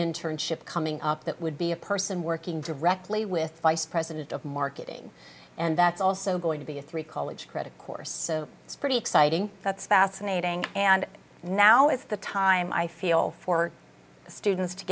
internship coming up that would be a person working directly with vice president of marketing and that's also going to be a three college credit course so it's pretty exciting that's fascinating and now is the time i feel for the students to